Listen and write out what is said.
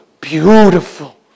beautiful